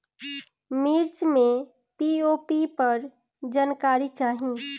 मिर्च मे पी.ओ.पी पर जानकारी चाही?